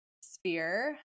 sphere